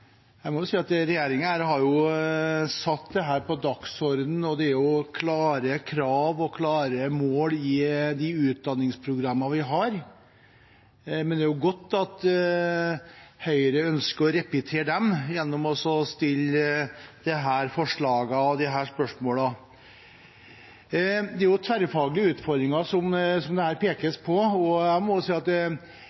Jeg må si at regjeringen har satt dette på dagsordenen, og det er klare krav og mål i de utdanningsprogrammene vi har. Men det er godt at Høyre ønsker å repetere dem gjennom å fremme dette forslaget og disse spørsmålene. Det er tverrfaglige utfordringer det her pekes på. Jeg må si at i mange sammenhenger er det å ha kompetanse på destruksjon, det å rive og det